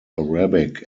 arabic